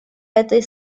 этой